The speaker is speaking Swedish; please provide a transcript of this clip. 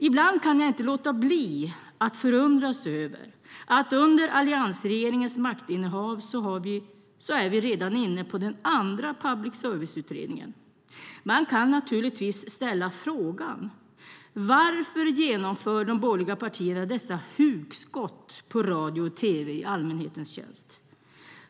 Ibland kan jag inte låta bli att förundras över att vi under alliansregeringens maktinnehav redan är inne på den andra public service-utredningen. Man kan naturligtvis ställa frågan: Varför genomför de borgerliga partierna dessa hugskott på radio och tv i allmänhetens tjänst?